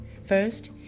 First